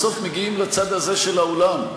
בסוף מגיעים לצד הזה של האולם.